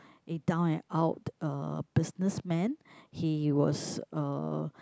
a down and out uh businessman he was a